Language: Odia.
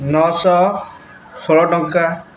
ନଅଶହ ଷୋହଳ ଟଙ୍କା